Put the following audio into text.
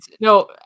No